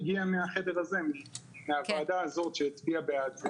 היא הגיעה מהחדר הזה ומהוועדה הזאת שהצביעה בעד זה